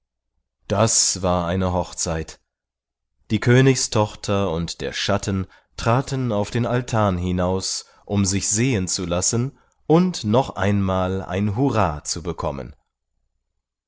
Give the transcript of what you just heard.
das war eine hochzeit die königstochter und der schatten traten auf den altan hinaus um sich sehen zu lassen und noch einmal ein hurra zu bekommen